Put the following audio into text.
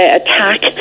attack